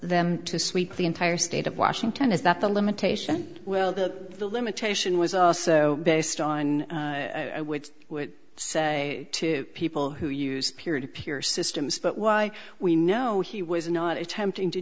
them to sweep the entire state of washington is that the limitation well that the limitation was also based on which would say to people who use peer to peer systems but why we know he was not attempting to